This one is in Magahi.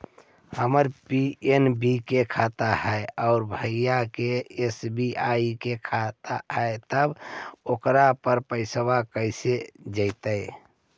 हमर पी.एन.बी के खाता है और भईवा के एस.बी.आई के है त ओकर पर पैसबा कैसे जइतै?